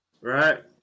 Right